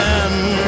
end